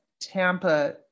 Tampa